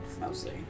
mostly